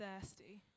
thirsty